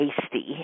Tasty